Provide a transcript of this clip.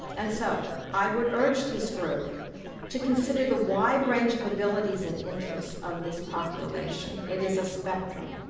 and so i would urge this group to consider the wide range of abilities and interests of this population, it is a spectrum.